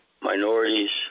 minorities